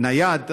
נייד,